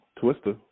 Twister